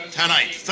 tonight